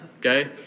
Okay